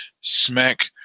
Smack